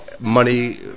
money